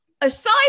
Aside